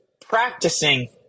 practicing